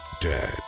dead